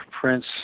Prince